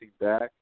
back